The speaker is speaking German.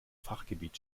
fachgebiet